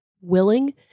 willing